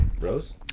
Rose